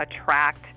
attract